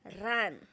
Run